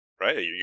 right